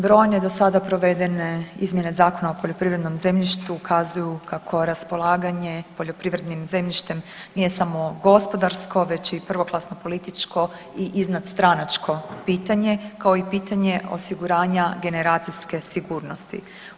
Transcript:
Brojne do sada provedene izmjene Zakona o poljoprivrednom zemljištu ukazuju kako raspolaganje poljoprivrednim zemljištem nije samo gospodarsko, već i prvoklasno političko i iznad stranačko pitanje, kao i pitanje osiguranja generacijske sigurnosti.